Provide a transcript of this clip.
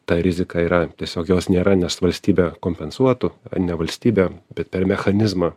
ta rizika yra tiesiog jos nėra nes valstybė kompensuotų ne valstybė bet per mechanizmą